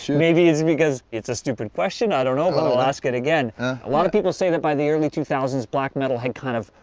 maybe it's because it's a stupid question. i don't know, but i'll ask it again a lot of people say that by the early two thousand s, black metal had kind of.